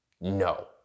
No